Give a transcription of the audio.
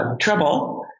trouble